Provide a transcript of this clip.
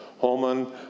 Holman